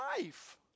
life